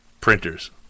printers